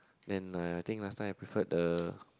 then uh I think last time I preferred the